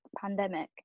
pandemic